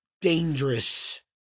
dangerous